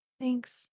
Thanks